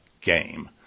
game